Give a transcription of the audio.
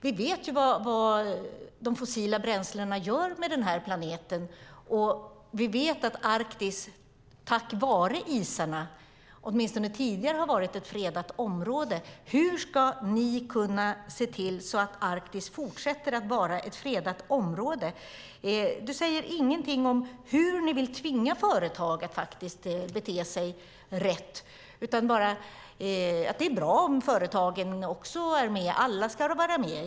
Vi vet vad de fossila bränslena gör med denna planet. Vi vet att Arktis tack vare isarna, åtminstone tidigare, har varit ett fredat område. Hur ska ni kunna se till att Arktis fortsätter att vara ett fredat område? Du säger ingenting om hur ni vill tvinga företag att faktiskt bete sig rätt utan bara att det är bra om företagen också är med. Alla ska vara med.